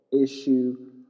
issue